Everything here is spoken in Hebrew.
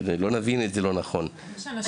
שלא נבין את זה לא נכון, בסדר?